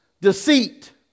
deceit